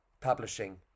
Publishing